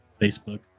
facebook